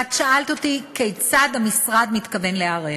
את שאלת אותי כיצד המשרד מתכוון להיערך.